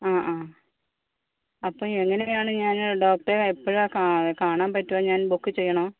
ആ ആ അപ്പോൾ എങ്ങനെയാണ് ഞാന് ഡോക്ടറെ എപ്പഴാണ് കാ കാണാൻ പറ്റുക ഞാൻ ബുക്ക് ചെയ്യണോ